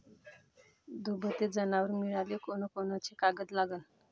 दुभते जनावरं मिळाले कोनकोनचे कागद लागन?